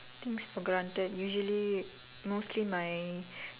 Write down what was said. things for granted usually mostly my